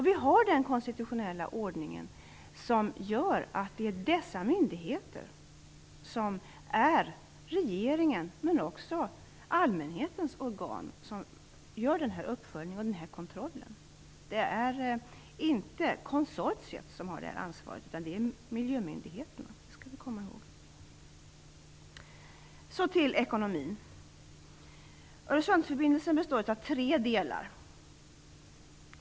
Vi har den konstitutionella ordning som innebär att dessa myndigheter är regeringens men också allmänhetens organ och det är de som gör den här uppföljningen och kontrollen. Det är inte konsortiet som har det ansvaret, utan det är miljömyndigheterna. Det skall vi komma ihåg. Så går jag över till ekonomin. Öresundsförbindelsen består av tre delar.